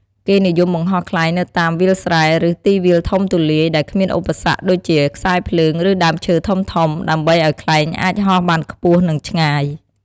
គេនិយមបង្ហោះខ្លែងនៅតាម វាលស្រែ ឬ ទីវាលធំទូលាយ ដែលគ្មានឧបសគ្គដូចជាខ្សែភ្លើង ឬដើមឈើធំៗ ដើម្បីឱ្យខ្លែងអាចហោះបានខ្ពស់ និងឆ្ងាយ។